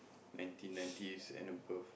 ninety nineties and above